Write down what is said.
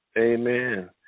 Amen